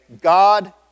God